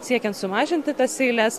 siekiant sumažinti tas eiles